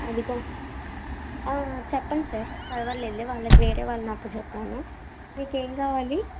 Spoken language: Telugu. అది కాదు చెప్పండి సార్ పర్వాలేదులే వాళ్ళకు వేరే వాళ్ళని అప్పజెప్పాను మీకేం కావాలి